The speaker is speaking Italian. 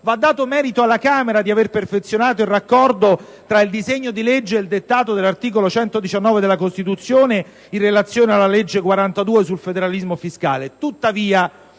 Va dato merito alla Camera di aver perfezionato il raccordo tra il disegno di legge ed il dettato dell'articolo 119 della Costituzione, in relazione alla legge n. 42 del 2009 sul federalismo fiscale.